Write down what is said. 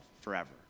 forever